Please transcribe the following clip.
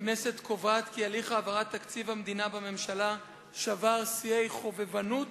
הכנסת קובעת כי הליך העברת תקציב המדינה בממשלה שבר שיאי חובבנות,